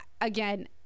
again